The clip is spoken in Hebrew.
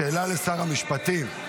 שאלה לשר המשפטים.